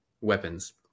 weapons